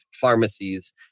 pharmacies